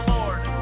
Lord